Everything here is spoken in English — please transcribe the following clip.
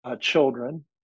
children